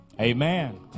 Amen